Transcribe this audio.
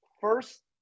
first